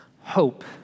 Hope